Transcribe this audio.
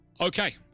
Okay